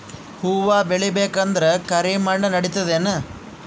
ಹುವ ಬೇಳಿ ಬೇಕಂದ್ರ ಕರಿಮಣ್ ನಡಿತದೇನು?